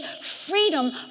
freedom